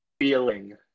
feeling